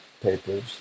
papers